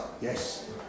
Yes